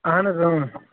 اَہَن حظ اۭں